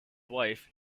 wife